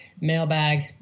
mailbag